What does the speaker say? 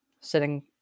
sitting